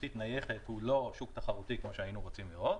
בתשתית נייחת הוא לא שוק תחרותי כמו שהיינו רוצים לראות.